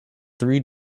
three